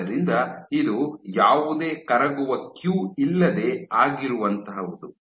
ಆದ್ದರಿಂದ ಇದು ಯಾವುದೇ ಕರಗುವ ಕ್ಯೂ ಇಲ್ಲದೆ ಆಗಿರುವಂಥಹುದು